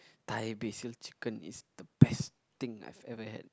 Thai Basil Chicken is the best thing I've ever had